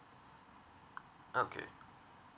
okay